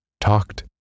Talked